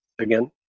again